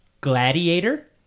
Gladiator